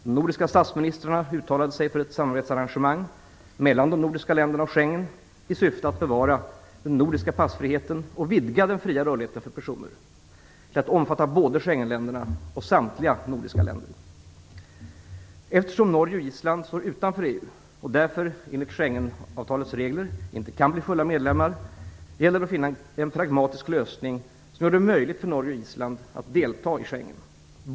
De nordiska statsministrarna uttalade sig för ett samarbetsarrangemang mellan de nordiska länderna och Schengensamarbetet i syfte att bevara den nordiska passfriheten och vidga den fria rörligheten för personer till att omfatta både Eftersom Norge och Island står utanför EU och därför enligt Schengenavtalets regler inte kan bli fulla medlemmar i samarbetet gäller det att finna en pragmatisk lösning som gör det möjligt för Norge och Island att delta i Schengensamarbetet.